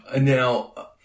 Now